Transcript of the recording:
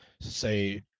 say